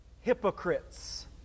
hypocrites